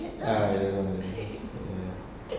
ah ya I know I know ya